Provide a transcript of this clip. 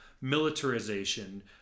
militarization